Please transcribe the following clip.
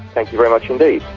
thank you very much indeed,